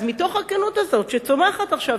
אז מתוך הכנות הזאת שצומחת עכשיו,